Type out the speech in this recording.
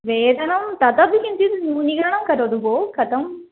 वेतनं तदपि किञ्चित् न्यूनीकरणं करोतु भो कथम्